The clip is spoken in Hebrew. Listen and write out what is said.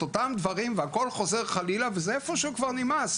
אותם דברים והכול חוזר חלילה וזה איפשהו כבר נמאס,